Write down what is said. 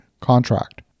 contract